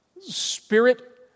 spirit